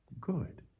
good